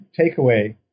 takeaway